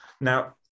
Now